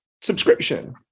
subscription